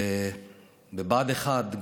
בבה"ד 1,